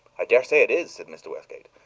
i daresay it is, said mr. westgate.